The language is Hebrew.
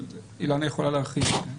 אבל אילנה יכולה להרחיב.